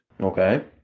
Okay